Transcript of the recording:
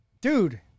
Dude